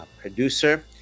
producer